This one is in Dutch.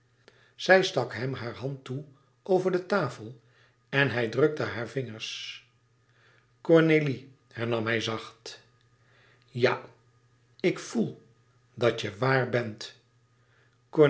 zij stak hem hare hand toe over de tafel en hij drukte hare vingers cornélie hernam hij zacht ja ik voel dat je waar bent